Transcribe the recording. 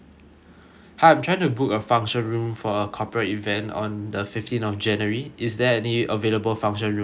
hi I'm trying to book a function room for a corporate event on the fifteenth of january is there any available function rooms remaining